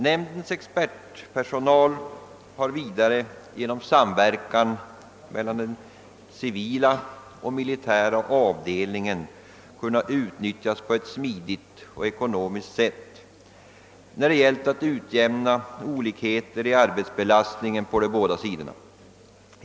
Nämndens expertpersonal har vidare genom samverkan mellan den civila och den militära avdelningen kunnat utnyttjas på ett smidigt och ekonomiskt sätt, då det gällt att utjämna olikheter i arbetsbelastningen på de båda sidorna.